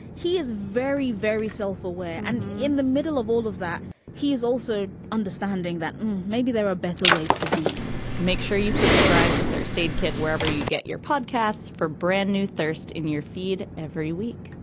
he is very very self aware and in the middle of all of that he is also understanding that maybe there are better ways to be make sure you subscribe to thursday aid kit wherever you get your podcasts for brand new thirst in your feed every week